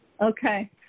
Okay